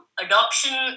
adoption